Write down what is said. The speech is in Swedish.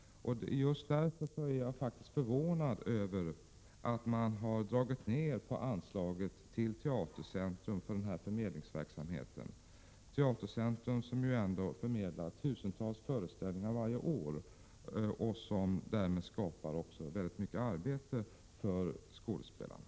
Just därför är jag förvånad över att man dragit ner på anslaget till Teatercentrum för denna förmedlingsverksamhet. Teatercentrum förmedlar ju tusentals föreställningar varje år och skapar därmed också mycket arbete för skådespelarna.